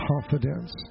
confidence